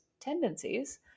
tendencies